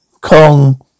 Kong